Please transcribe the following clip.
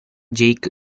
jake